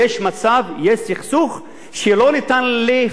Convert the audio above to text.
שלא ניתן לפתור אותו מבלי להכיר בזכותו של